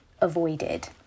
avoided